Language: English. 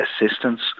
assistance